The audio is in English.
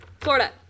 Florida